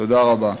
תודה רבה.